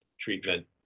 treatment